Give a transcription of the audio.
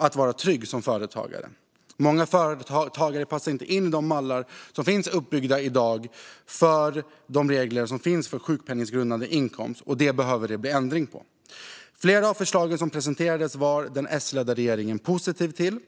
att vara trygg som företagare. Många företagare passar inte in i de mallar som i dag finns uppbyggda för regler om sjukpenninggrundande inkomst. Det behöver bli ändring på det. Flera av de förslag som presenterades var den S-ledda regeringen positiv till.